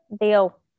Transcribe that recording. Deal